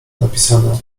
napisane